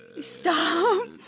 stop